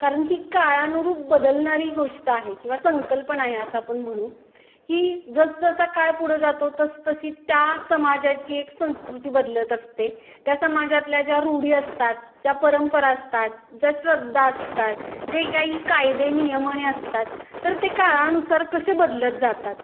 कारण ही काळानुरूप बदलणारी गोष्ट आहे किंवा संकल्पना आहे असं आपण म्हणू की जसजसा काळ पुढं जातो तसं तशी त्या समाजाची एक संस्कृती बदलत असते त्या समाजातल्या ज्या रूढी असतात ज्या परंपरा असतात ज्या श्रद्धा असतात जे काही कायदे नियमने असतात तर ते काळानुसार कसे बदलत जातात